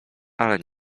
ale